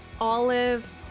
Olive